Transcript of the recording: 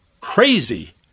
crazy